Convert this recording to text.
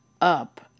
up